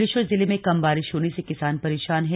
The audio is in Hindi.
बागेश्वर जिले में कम बारिश होने से किसान परेशान हैं